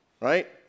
Right